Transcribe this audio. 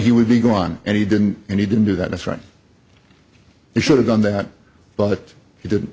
he would be gone and he didn't and he didn't do that that's right he should have done that but he didn't